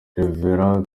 rev